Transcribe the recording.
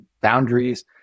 boundaries